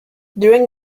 during